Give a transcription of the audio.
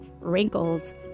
wrinkles